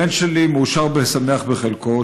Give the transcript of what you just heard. הבן שלי מאושר ושמח בחלקו.